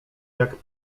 jak